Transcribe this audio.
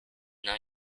now